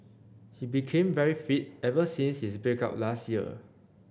he became very fit ever since his break up last year